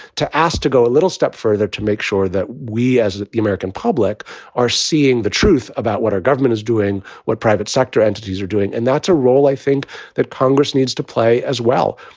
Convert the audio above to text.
to ask to go a little step further, to make sure that we as the the american public are seeing the truth about what our government is doing, what private sector entities are doing. and that's a role i think that congress needs to play as well.